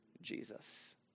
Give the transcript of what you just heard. Jesus